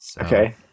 Okay